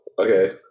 okay